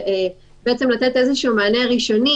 בעצם לתת איזשהו מענה ראשוני,